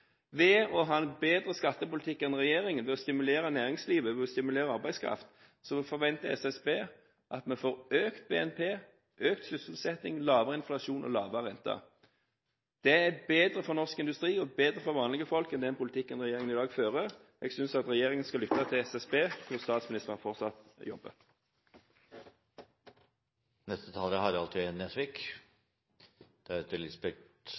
Ved å ha en bedre skattepolitikk enn regjeringen til å stimulere næringslivet ved å stimulere arbeidskraft forventer SSB at vi får økt BNP, økt sysselsetting, lavere inflasjon og lavere renter. Det er bedre for norsk industri og bedre for vanlige folk enn den politikken regjeringen i dag fører. Jeg synes at regjeringen skal lytte til SSB, der statsministeren fortsatt jobber.